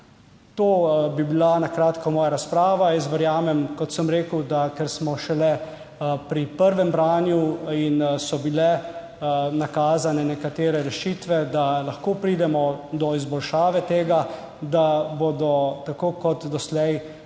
To bi bila na kratko moja razprava. Verjamem, kot sem rekel, ker smo šele pri prvem branju in so bile nakazane nekatere rešitve, da lahko pridemo do izboljšave tega, da bodo tako kot doslej